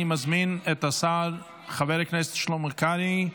אני מזמין את השר, חבר הכנסת שלמה קרעי,